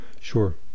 Sure